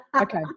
okay